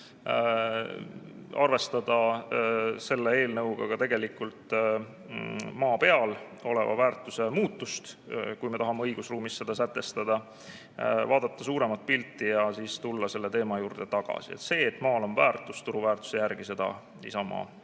arvestada selles eelnõus tegelikult ka maa peal oleva väärtuse muutust, kui me tahame õigusruumis seda sätestada, vaadata suuremat pilti ja siis tulla selle teema juurde tagasi. Seda, et maal on väärtus turuväärtuse järgi, Isamaa